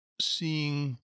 seeing